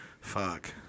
Fuck